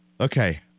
Okay